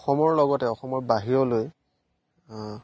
অসমৰ লগতে অসমৰ বাহিৰলৈ